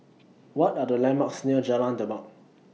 What Are The landmarks near Jalan Demak